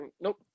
Nope